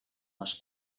les